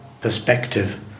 perspective